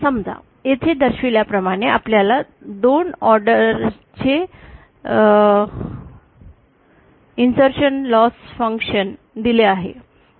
समजा येथे दर्शविल्याप्रमाणे आपल्याला 2 रा ऑर्डर चे इन्सर्शन लॉस फंक्शन दिले आहे